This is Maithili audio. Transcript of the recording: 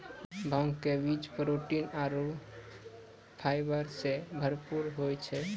भांग के बीज प्रोटीन आरो फाइबर सॅ भरपूर होय छै